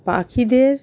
পাখিদের